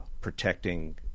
protecting